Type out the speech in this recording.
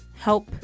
help